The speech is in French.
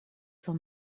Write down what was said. son